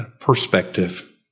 perspective